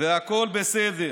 והכול בסדר.